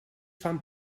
fan